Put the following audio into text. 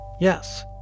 Yes